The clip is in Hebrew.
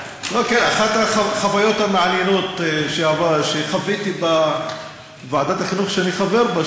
אחת החוויות המעניינות שחוויתי בוועדת החינוך שאני חבר בה,